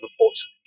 reports